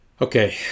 Okay